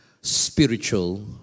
spiritual